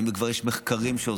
האם כבר יש מחקרים שעוזרים,